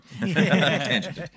Tangent